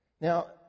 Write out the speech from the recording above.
Now